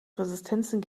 resistenzen